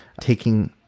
taking